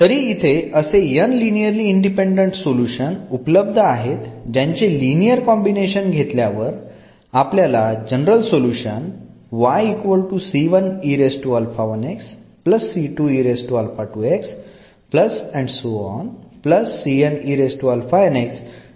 तरी इथे असे n लिनिअरली इंडिपेंडंट सोल्युशन े उपलब्ध आहेत ज्यांचे लिनियर कॉम्बिनेशन घेतल्यावर आपल्याला जनरल सोल्युशन या स्वरूपात मिळेल